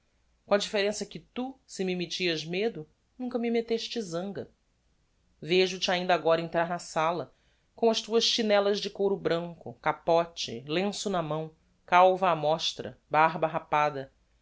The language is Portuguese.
com a differenca que tu se me mettias medo nunca me metteste zanga vejo te ainda agora entrar na sala com as tuas chinellas de couro branco capote lenço na mão calva á mostra barba rapada